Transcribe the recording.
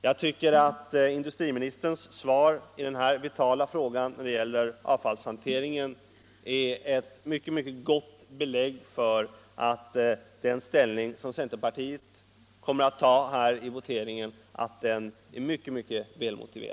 Jag tycker att industriministerns svar i den här vitala frågan —- som gäller avfallshanteringen — är ett mycket gott belägg för att den ställning som centerpartiet kommer att ta i voteringen är synnerligen